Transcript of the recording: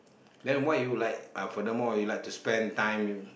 then why you like uh further more you like to spend time with